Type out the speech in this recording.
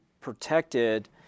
protected